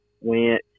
went